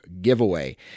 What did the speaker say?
giveaway